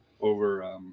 over